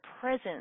presence